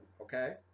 Okay